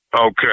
Okay